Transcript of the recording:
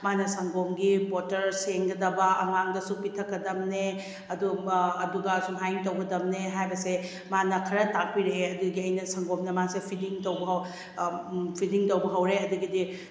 ꯃꯥꯅ ꯁꯪꯒꯣꯝꯒꯤ ꯕꯣꯇꯜ ꯁꯦꯡꯒꯗꯕ ꯑꯉꯥꯡꯗꯁꯨ ꯄꯤꯊꯛꯀꯗꯝꯅꯦ ꯑꯗꯨ ꯑꯗꯨꯒ ꯁꯨꯃꯥꯏꯅ ꯇꯧꯒꯗꯝꯅꯦ ꯍꯥꯏꯕꯁꯦ ꯃꯥꯅ ꯈꯔ ꯇꯥꯛꯄꯤꯔꯛꯑꯦ ꯑꯗꯨꯗꯒꯤ ꯑꯩꯅ ꯁꯪꯒꯣꯝꯗ ꯃꯥꯁꯦ ꯐꯤꯗꯤꯡ ꯇꯧꯕ ꯐꯤꯗꯤꯡ ꯇꯧꯕ ꯍꯧꯔꯦ ꯑꯗꯒꯤꯗꯤ